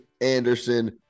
Anderson